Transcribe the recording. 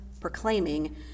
proclaiming